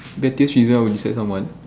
pettiest reason I would dislike someone